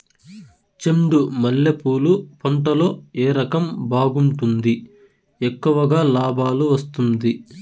చెండు మల్లె పూలు పంట లో ఏ రకం బాగుంటుంది, ఎక్కువగా లాభాలు వస్తుంది?